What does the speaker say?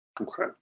Okay